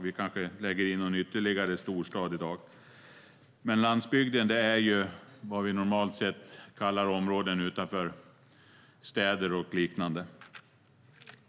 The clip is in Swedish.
I dag lägger vi kanske in ytterligare någon storstad. Landsbygden är vad vi normalt sett kallar områden utanför städer och liknande.